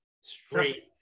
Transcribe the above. straight